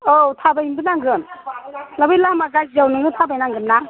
औ थाबायनोबो नांगोन दा बे लामा गाज्रियाव नोङो थाबायनांगोन ना